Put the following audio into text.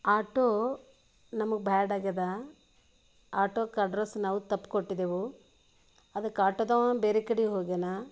auto ನಮಗೆ ಬ್ಯಾಡಾಗ್ಯದ ಆಟೋಕ್ಕೆ ಅಡ್ರೆಸ್ ನಾವು ತಪ್ಪು ಕೊಟ್ಟಿದೆವು ಅದಕ್ಕೆ ಆಟೋದವ ಬೇರೆ ಕಡಿಗೆ ಹೋಗ್ಯಾನ